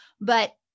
but-